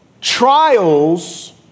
trials